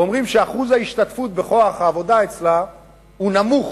אומרים שאחוז ההשתתפות בכוח העבודה אצלה הוא נמוך